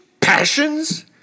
passions